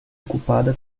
ocupada